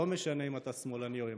לא משנה אם אתה שמאלני או ימני.